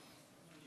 אדוני